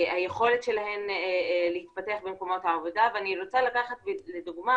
היכולת שלהן להתפתח במקומות העבודה ואני רוצה לקחת לדוגמה